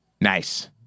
Nice